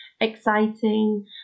exciting